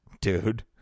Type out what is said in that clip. dude